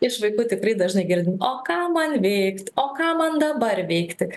iš vaikų tikrai dažnai girdim o ką man veikt o ką man dabar veikti